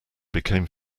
became